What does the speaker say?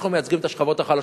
אנחנו מייצגים את השכבות החלשות.